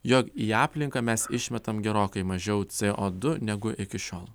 jog į aplinką mes išmetam gerokai mažiau c o du negu iki šiol